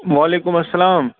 وعلیکُم السلام